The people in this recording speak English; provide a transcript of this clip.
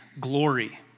glory